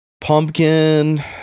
pumpkin